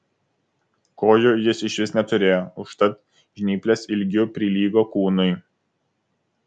kojų jis išvis neturėjo užtat žnyplės ilgiu prilygo kūnui